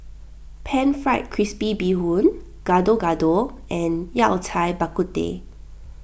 Pan Fried Crispy Bee Hoon Gado Gado and Yao Cai Bak Kut Teh